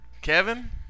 Kevin